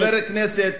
חבר הכנסת,